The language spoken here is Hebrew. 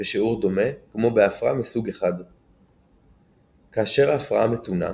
בשיעור דומה כמו בהפרעה מסוג 1. כאשר ההפרעה מתונה,